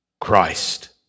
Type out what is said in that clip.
Christ